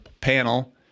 panel